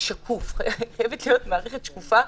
חייבת להיות מערכת שקופה.